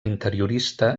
interiorista